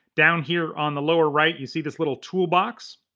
down here on the lower right, you see this little toolbox.